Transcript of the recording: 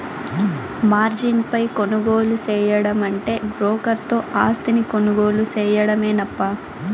margin పై కొనుగోలు సేయడమంటే బ్రోకర్ తో ఆస్తిని కొనుగోలు సేయడమేనప్పా